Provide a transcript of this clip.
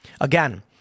Again